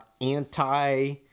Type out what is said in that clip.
anti